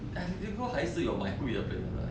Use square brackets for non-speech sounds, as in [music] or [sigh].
[noise] people 还是有买贵的 player eh